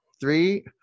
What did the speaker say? Three